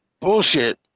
bullshit